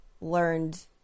learned